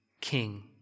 king